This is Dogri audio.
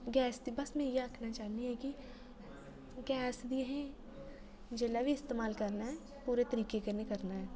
गैस दी बस मैं इ'यै अक्खना चाहन्नी आं कि गैस दी असें जेल्लै बी इस्तमाल करना ऐ पूरे तरीके कन्नै करना ऐ